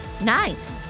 Nice